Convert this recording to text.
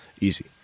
Easy